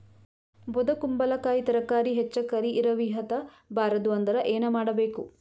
ಬೊದಕುಂಬಲಕಾಯಿ ತರಕಾರಿ ಹೆಚ್ಚ ಕರಿ ಇರವಿಹತ ಬಾರದು ಅಂದರ ಏನ ಮಾಡಬೇಕು?